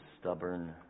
stubborn